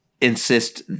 insist